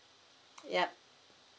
yup